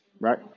Right